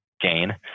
gain